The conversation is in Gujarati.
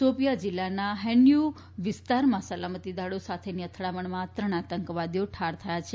શોપિયાં જિલ્લાના હેન્ડયુ વિસ્તારમાં સલામતી દળો સાથેની અથડામણમાં ત્રણ આતંકવાદીઓ ઠાર થયા છે